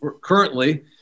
currently